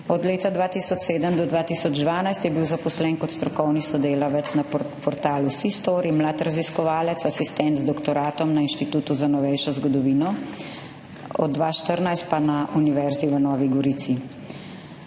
Od leta 2007 do 2012 je bil zaposlen kot strokovni sodelavec na portalu SIstory, mladi raziskovalec, asistent z doktoratom na Inštitutu za novejšo zgodovino, od 2014 pa na Univerzi v Novi Gorici.